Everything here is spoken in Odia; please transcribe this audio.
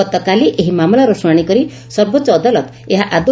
ଗତକାଲି ଏହି ମାମଲାର ଶ୍ରଶାଶି କରି ସର୍ବୋଚ ଅଦାଲତ ଏହା ଆଦେ